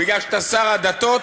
בגלל שאתה שר הדתות,